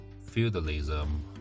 feudalism